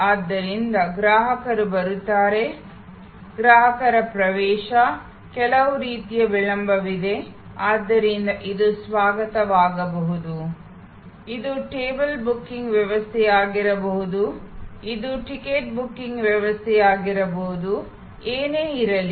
ಆದ್ದರಿಂದ ಗ್ರಾಹಕರು ಬರುತ್ತಾರೆ ಗ್ರಾಹಕರ ಪ್ರವೇಶ ಕೆಲವು ರೀತಿಯ ವಿಳಂಬವಿದೆ ಆದ್ದರಿಂದ ಇದು ಸ್ವಾಗತವಾಗಬಹುದು ಇದು ಟೇಬಲ್ ಬುಕಿಂಗ್ ವ್ಯವಸ್ಥೆಯಾಗಿರಬಹುದು ಇದು ಟಿಕೆಟ್ ಬುಕಿಂಗ್ ವ್ಯವಸ್ಥೆಯಾಗಿರಬಹುದು ಏನೇ ಇರಲಿ